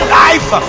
life